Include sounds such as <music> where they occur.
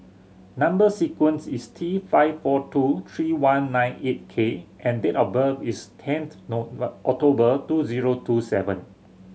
number sequence is T five four two three one nine eight K and date of birth is tenth <unintelligible> October two zero two seven